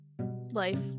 life